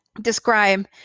describe